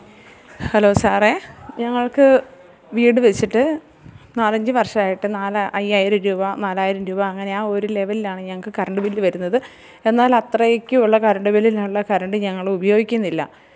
hello സാറേ ഞങ്ങള്ക്ക് വീട് വെച്ചിട്ട് നാലഞ്ച് വര്ഷമായിട്ട് നാലാ അയ്യായിരം രൂപ നാലായിരം രൂപ അങ്ങനെയാ ഒരു ലെവലിലാണ് ഞങ്ങള്ക്ക് കരണ്ട് ബില്ല് വരുന്നത് എന്നാലത്രേയ്ക്കുമുള്ള കരണ്ട് ബില്ലിനുള്ള കരണ്ട് ഞങ്ങള് ഉപയോഗിക്കുന്നില്ല